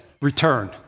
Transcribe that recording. return